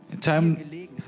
time